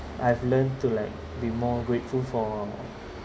I've learnt to like be more grateful for